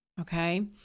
Okay